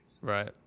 right